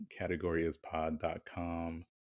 categoryispod.com